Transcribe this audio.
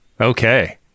Okay